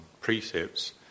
precepts